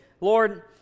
Lord